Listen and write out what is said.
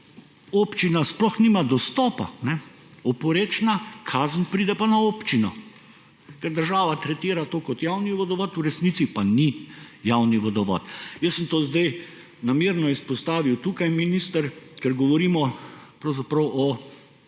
občina sploh nima dostopa, oporečna, kazen pride pa na občino. Država tretira to kot javni vodovod, v resnici pa ni javni vodovod. Jaz sem to sedaj namerno izpostavil tukaj minister, ker govorimo pravzaprav o zdravi